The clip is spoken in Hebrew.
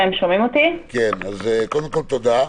תמר, קודם כול, תודה.